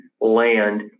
land